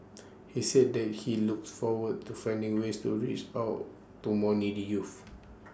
he said that he looks forward to finding ways to reach out to more needy youths